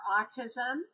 autism